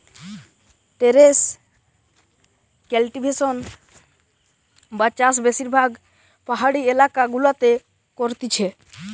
terrace cultivation বা চাষ বেশিরভাগ পাহাড়ি এলাকা গুলাতে করতিছে